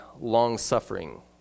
long-suffering